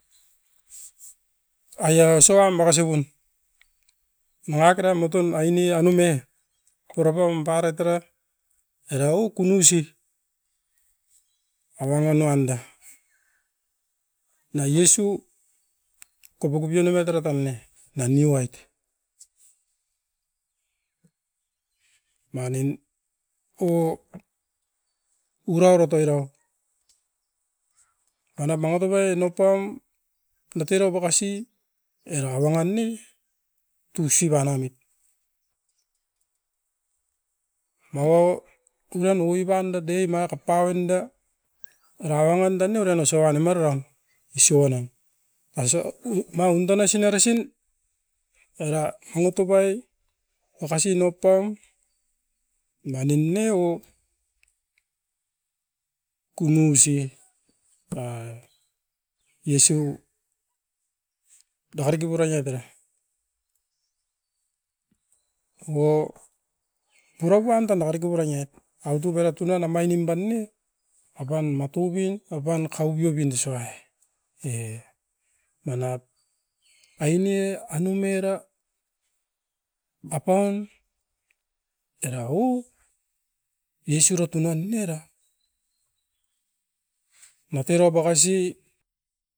Ai asoam bakasibun, nangakera mutun aine anume porapam parait era, era u kunusip awanga nuanda. Na iusu kopokopio niomat era tan ne, na niu ait. Manin kauvo urau rotoirau, pana mangatop ai noupaum katero makasi era wangan ne tousi banamit. Mau-au uke nowipanda dei na tapau inda, era wangan tan ne urain osoan nimeroran isoa nem. Aiso ma unda noisi norisin era mangutop ai makasin nopaum manin ne o, kunusi pa iesu doareke puraie tere. O pura paun tamariku puraniet autubera tunan amainim bain ne akaun matubin evaun kauviobin isoa-e. Manap aini-e anum era apaun era-u iesu era tounon era. Materau pakasi